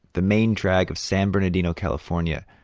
the main drag of san bernardino, california.